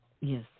Yes